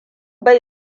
bai